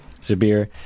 zabir